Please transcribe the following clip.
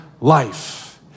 life